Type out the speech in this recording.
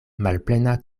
malplena